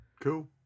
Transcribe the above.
Cool